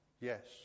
Yes